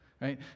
right